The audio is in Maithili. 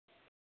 हैलो